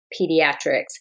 pediatrics